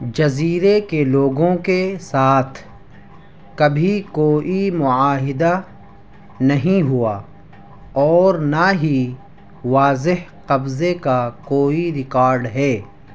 جزیرے کے لوگوں کے ساتھ کبھی کوئی معاہدہ نہیں ہوا اور نہ ہی واضح قبضے کا کوئی ریکاڈ ہے